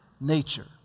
nature